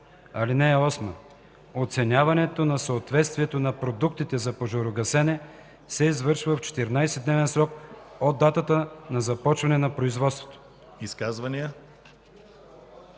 ал. 8: „(8) Оценяването на съответствието на продуктите за пожарогасене се извършва в 14-дневен срок от датата на започване на производството.”